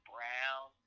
Brown